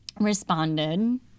responded